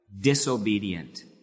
disobedient